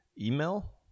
email